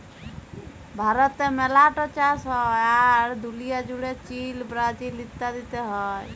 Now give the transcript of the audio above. ভারতে মেলা ট চাষ হ্যয়, আর দুলিয়া জুড়ে চীল, ব্রাজিল ইত্যাদিতে হ্য়য়